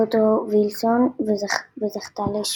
וודרו וילסון, וזכתה לאישורו.